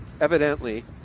Evidently